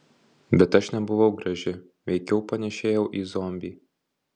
bet aš nebuvau graži veikiau panėšėjau į zombį